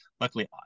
luckily